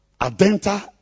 adenta